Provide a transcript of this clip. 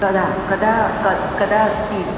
कदा कदा कदा कदा अस्ति